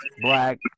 black